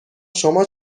شما